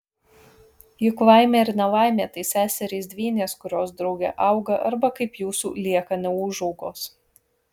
juk laimė ir nelaimė tai seserys dvynės kurios drauge auga arba kaip jūsų lieka neūžaugos